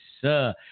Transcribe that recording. sir